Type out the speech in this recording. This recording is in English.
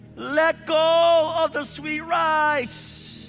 let go of the sweet rice.